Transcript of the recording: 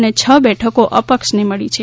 અને છ બેઠકો અપક્ષને મળી છે